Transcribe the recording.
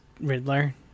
Riddler